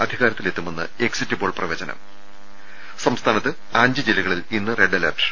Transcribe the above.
അധികാരത്തിലെത്തുമെന്ന് exit poll പ്രവചനം സംസ്ഥാനത്ത് അഞ്ച് ജില്ലകളിൽ ഇന്ന് റെഡ് അലർട്ട്